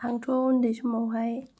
आंथ' उन्दै समावहाय